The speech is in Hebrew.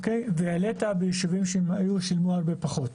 והעלית ביישובים ששילמו הרבה פחות.